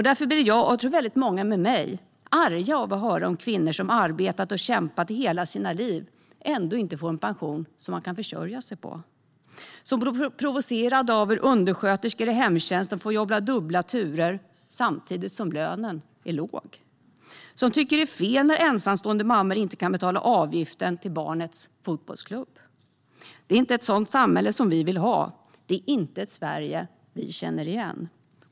Därför blir jag - och många med mig, tror jag - arg av att höra om kvinnor som arbetat och kämpat i hela sina liv men inte får en pension som de kan försörja sig på. Vi blir provocerade av hur undersköterskor i hemtjänsten får jobba dubbla turer samtidigt som lönen är låg, och vi tycker att det är fel när ensamstående mammor inte kan betala avgiften till barnets fotbollsklubb. Det är inte ett sådant samhälle som vi vill ha. Det är inte ett Sverige vi känner igen.